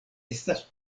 estas